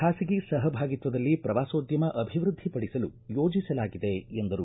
ಖಾಸಗಿ ಸಹಭಾಗಿತ್ವದಲ್ಲಿ ಪ್ರವಾಸೋದ್ಯಮ ಅಭಿವೃದ್ಧಿ ಪಡಿಸಲು ಯೋಜಿಸಲಾಗಿದೆ ಎಂದರು